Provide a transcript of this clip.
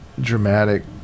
dramatic